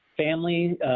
Family